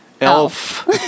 Elf